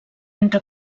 entre